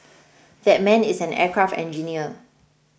that man is an aircraft engineer